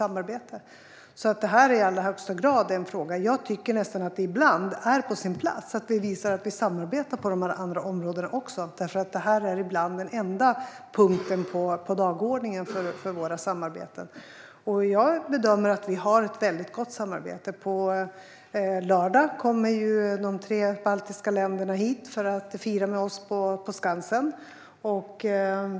Detta är alltså i allra högsta grad en central fråga. Jag tycker nästan att det ibland är på sin plats att vi visar att vi faktiskt samarbetar på andra områden också, för ibland är detta den enda punkten på dagordningen för våra samarbeten. Jag bedömer att vi har ett väldigt gott samarbete. På lördag kommer representanter för de tre baltiska länderna hit för att fira med oss på Skansen.